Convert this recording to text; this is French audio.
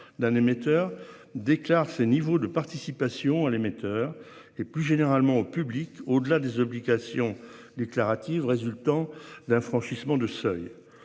d'un émetteur, déclare ce niveau de participation à l'émetteur et plus généralement au public au-delà des obligations déclaratives résultant d'un franchissement de seuil.